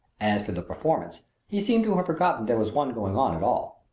as for the performance he seemed to have forgotten there was one going on at all.